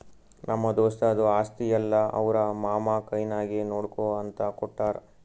ನಮ್ಮ ದೋಸ್ತದು ಆಸ್ತಿ ಎಲ್ಲಾ ಅವ್ರ ಮಾಮಾ ಕೈನಾಗೆ ನೋಡ್ಕೋ ಅಂತ ಕೊಟ್ಟಾರ್